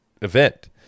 event